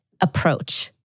approach